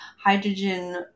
hydrogen